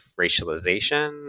racialization